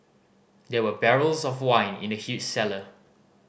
there were barrels of wine in the huge cellar